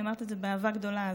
ואני אומרת את זה באהבה גדולה,